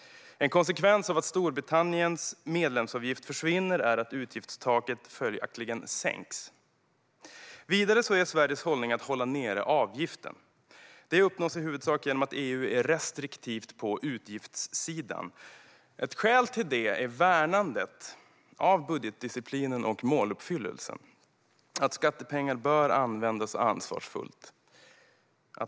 En konsekvens av att Storbritanniens medlemsavgift försvinner är att utgiftstaket sänks. Vidare är Sveriges hållning att avgiften ska hållas nere. Det uppnås i huvudsak genom att EU är restriktivt på utgiftssidan. Ett skäl till det är värnandet av budgetdisciplinen och måluppfyllelsen. Skattepengar bör användas ansvarsfullt.